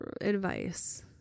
Advice